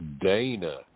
Dana